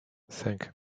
cinq